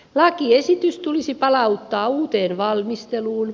lakiesitys tulisi palauttaa uuteen valmisteluun